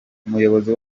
umuyobozi